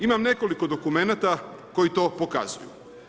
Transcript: Imamo nekoliko dokumenata koji to pokazuju.